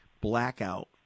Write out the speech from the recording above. blackout